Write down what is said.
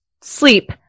sleep